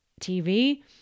TV